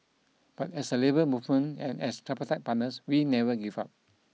but as a labour movement and as tripartite partners we never give up